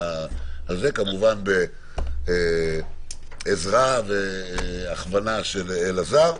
כמובן בעזרה והכוונה של אלעזר.